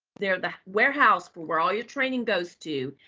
they're the warehouse for where all your training goes to,